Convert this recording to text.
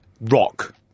rock